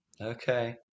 okay